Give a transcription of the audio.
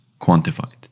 quantified